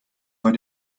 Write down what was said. bei